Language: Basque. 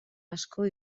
asko